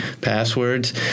passwords